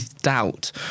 doubt